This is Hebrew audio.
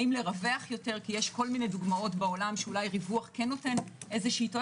האם לרווח יותר כי יש כל מיני דוגמאות בעולם שאולי ריווח כן נותן תועלת.